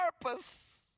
purpose